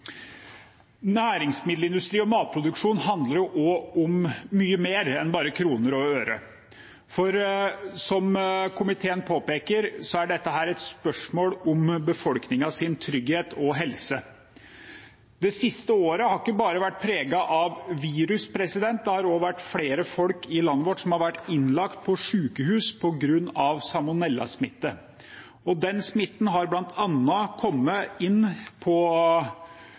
Næringsmiddelindustri og matproduksjon handler også om mye mer enn bare kroner og øre, for som komiteen påpeker, er dette et spørsmål om befolkningens trygghet og helse. Det siste året har ikke bare vært preget av virus, det har også vært flere folk i landet vårt som har vært innlagt på sykehus på grunn av salmonellasmitte. Den smitten har bl.a. kommet inn på